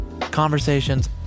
Conversations